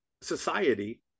society